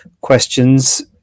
questions